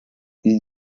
ils